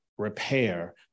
repair